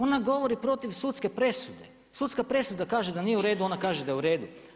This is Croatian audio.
Ona govori protiv sudske presude, sudska presuda kaže da nije u redu, ona kaže da je u redu.